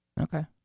Okay